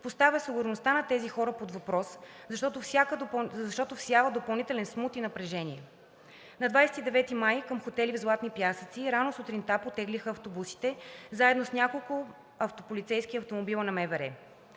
поставя сигурността на тези хора под въпрос, защото всява допълнителен смут и напрежение. На 29 май към хотелите в Златни пясъци рано сутринта потеглиха автобусите заедно с няколко автополицейски автомобила на МВР.